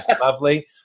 Lovely